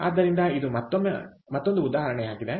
ಆದ್ದರಿಂದ ಇದು ಮತ್ತೊಂದು ಉದಾಹರಣೆಯಾಗಿದೆ